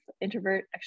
Introvert